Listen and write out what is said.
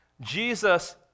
Jesus